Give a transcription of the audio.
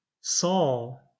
Saul